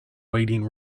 waiting